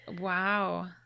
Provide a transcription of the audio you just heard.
Wow